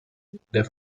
der